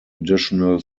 additional